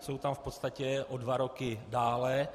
Jsou tam v podstatě o dva roky dále.